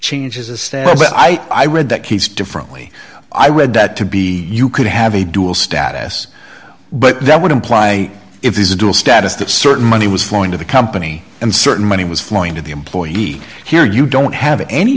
step but i i read that keeps differently i read that to be you could have a dual status but that would imply it is a dual status that certain money was flowing to the company and certain money was flowing to the employee here you don't have any